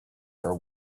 for